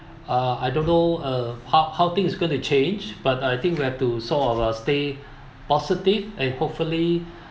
uh I don't know uh how how things is going to change but I think you have to sort of uh stay positive and hopefully